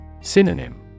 Synonym